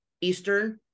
Eastern